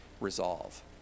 resolve